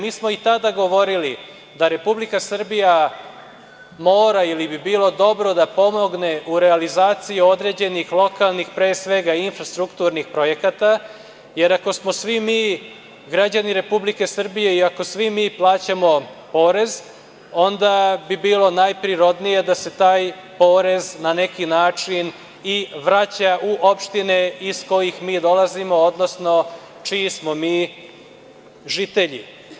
Mi smo i tada govorili da Republika Srbija mora ili bi bilo dobro da pomogne u realizaciji određenih lokalnih pre svega i infrastrukturnih projekata jer ako smo svi mi građani Republike Srbije i ako svi mi plaćamo porez, onda bi bilo najprirodnije da se taj porez na neki način i vraća u opštine iz kojih mi dolazimo, odnosno čiji smo mi žitelji.